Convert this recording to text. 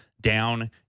down